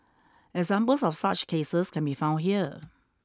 examples of such cases can be found here